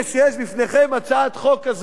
כשיש בפניכם הצעת חוק כזאת,